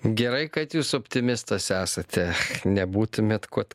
gerai kad jūs optimistas esate nebūtumėt kuot